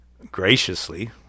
graciously